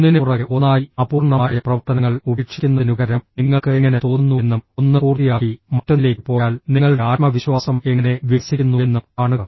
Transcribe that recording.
ഒന്നിനുപുറകെ ഒന്നായി അപൂർണ്ണമായ പ്രവർത്തനങ്ങൾ ഉപേക്ഷിക്കുന്നതിനുപകരം നിങ്ങൾക്ക് എങ്ങനെ തോന്നുന്നുവെന്നും ഒന്ന് പൂർത്തിയാക്കി മറ്റൊന്നിലേക്ക് പോയാൽ നിങ്ങളുടെ ആത്മവിശ്വാസം എങ്ങനെ വികസിക്കുന്നുവെന്നും കാണുക